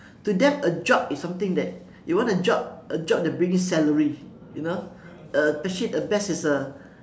to them a job is something that you want a job a job that brings in salary you know uh actually the best is the